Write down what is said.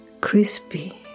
crispy